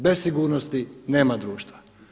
Bez sigurnosti nema društva.